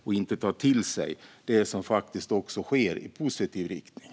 Man ska ta till sig det som faktiskt sker i positiv riktning.